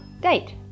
date